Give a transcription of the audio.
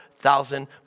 thousand